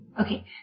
Okay